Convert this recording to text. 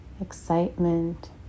excitement